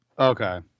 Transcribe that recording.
Okay